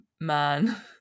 man